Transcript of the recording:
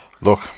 Look